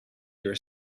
your